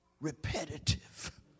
repetitive